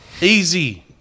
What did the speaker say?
Easy